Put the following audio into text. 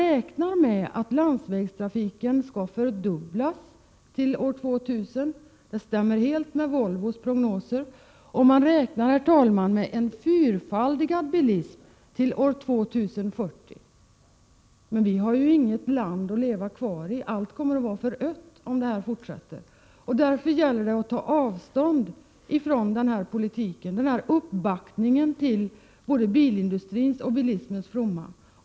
Det stämmer helt överens med Volvos prognoser. Herr talman! Man räknar med en fyrfaldigad bilism till år 2040. Men vi har ju inget land kvar att leva i då, allt kommer att vara förött om denna utveckling fortsätter. Därför gäller det att ta avstånd från denna politik, denna uppbackning av bilindustrin och bilismen.